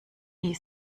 die